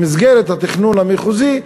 במסגרת התכנון המחוזי,